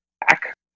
back